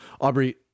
Aubrey